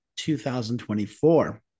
2024